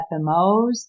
FMOs